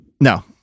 No